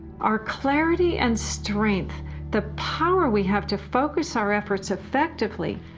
are clarity and strength the power we have to focus our efforts effectively,